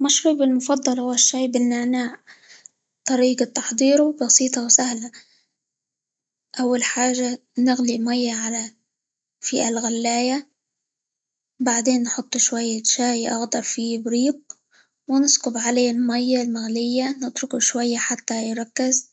مشروبي المفضل هو الشاي بالنعناع، طريقة تحضيره بسيطة، وسهلة، أول حاجة نغلي مية -على- في الغلاية، بعدين نحط شوية شاي أخضر في إبريق، ونسكب عليه المية المغلية، نتركه شوية؛ حتى يركز،